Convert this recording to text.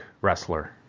wrestler